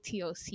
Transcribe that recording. TOC